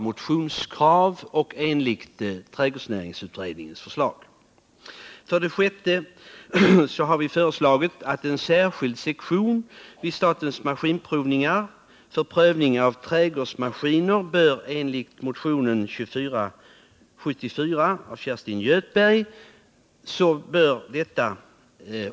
För det sjätte har vi föreslagit inrättande av en särskild sektion vid statens maskinprovningar för prövning av trädgårdsmaskiner. Det är i enlighet med kravet i motion nr 2474 av Kerstin Göthberg m.fl.